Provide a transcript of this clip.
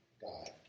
God